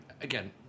again